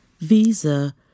visa